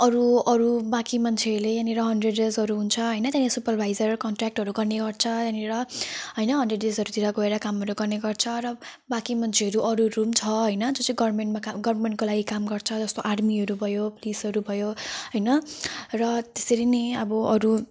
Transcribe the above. अरू अरू बाँकी मान्छेहरूले यहाँनेर हन्ड्रेड डेजहरू हुन्छ होइन त यहाँ सुपरभाइजर कन्ट्र्याक्टहरू गर्ने गर्छ यहाँनेर होइन हन्ड्रेड डेजहरूतिर गएर कामहरू गर्ने गर्छ र बाँकी मान्छेहरू अरूहरू छ होइन त्यो चाहिँ गभर्मेन्टमा गभर्मेन्टको लागि काम गर्छ जस्तो आर्मीहरू भयो पुलिसहरू भयो होइन र त्यसरी नै अब अरू